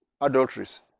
adulteries